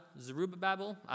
Zerubbabel